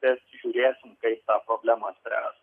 bet žiūrėsim kaip tą problemą spręst